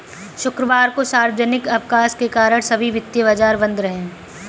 शुक्रवार को सार्वजनिक अवकाश के कारण सभी वित्तीय बाजार बंद रहे